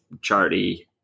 charity